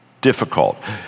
difficult